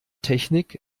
technik